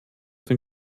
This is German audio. den